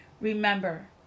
Remember